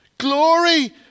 Glory